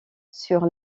sur